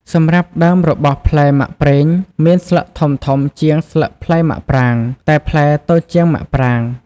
សម្រាប់់ដើមរបស់ផ្លែមាក់ប្រេងមានស្លឹកធំៗជាងស្លឹកផ្លែមាក់ប្រាង តែផ្លែតូចជាងមាក់ប្រាង។